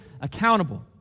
accountable